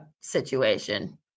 situation